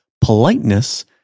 Politeness